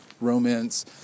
romance